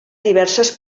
diverses